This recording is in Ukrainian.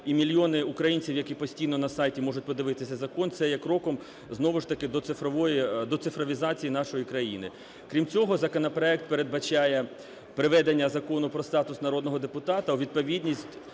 і мільйони українців, які постійно на сайті можуть подивитися закон, це є кроком, знову ж таки, до цифровізації нашої країни. Крім цього законопроект передбачає приведення Закону про статус народного депутата у відповідність